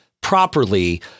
properly